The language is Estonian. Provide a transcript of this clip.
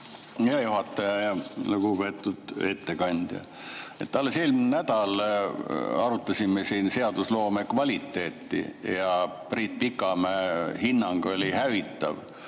Hea juhataja! Lugupeetud ettekandja! Alles eelmisel nädalal arutasime siin seadusloome kvaliteeti ja Priit Pikamäe hinnang oli hävitav